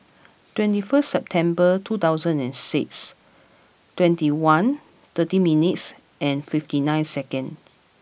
twenty first September two thousand and six twenty one thirty minutes and fifty nine seconds